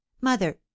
Mother